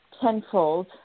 Tenfold